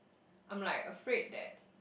I'm like afraid that